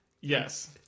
Yes